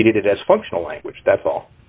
treated as functional language that's all